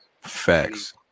Facts